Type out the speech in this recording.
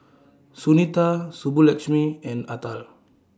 Sunita Subbulakshmi and Atal